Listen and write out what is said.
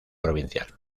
provincial